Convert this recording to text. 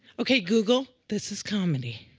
ok, google? this is comedy.